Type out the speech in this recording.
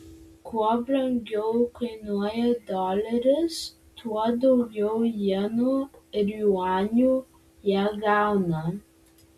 kuo brangiau kainuoja doleris tuo daugiau jenų ir juanių jie gauna